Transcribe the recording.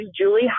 Julie